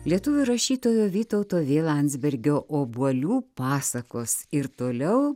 lietuvių rašytojo vytauto v landsbergio obuolių pasakos ir toliau